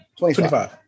25